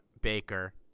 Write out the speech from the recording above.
Baker